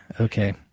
okay